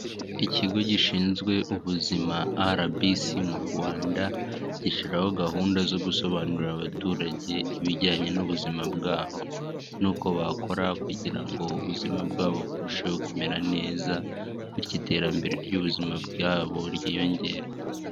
Ikigo gishinzwe Ubuzima "RBC" mu Rwanda, gishiraho gahunda zo gusobanurira abaturage ibijyanye n'ubuzima bwabo, n'uko bakora kugira ngo ubuzima bwabo burusheho kumera neza, bityo iterambere ry'ubuzima bwabo ryiyongere.